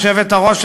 היושבת-ראש,